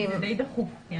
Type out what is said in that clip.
הסעיף הזה די דחוף.